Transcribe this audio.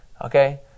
Okay